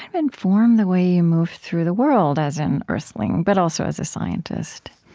inform the way you move through the world as an earthling, but also as a scientist?